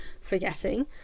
forgetting